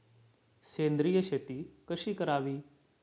सेंद्रिय शेती कशी करावी?